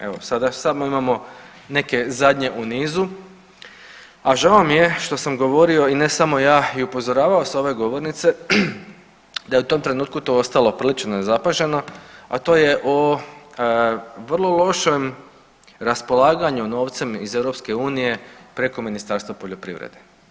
Evo sada samo imamo neke zadnje u nizu, a žao mi je što sam govorio i ne samo ja i upozoravao s ove govornice da je u tom trenutku to ostalo prilično nezapaženo, a to je o vrlo lošem raspolaganju novcem iz EU preko Ministarstva poljoprivrede.